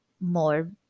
more